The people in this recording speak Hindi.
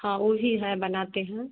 हाँ वह भी है बनाते हैं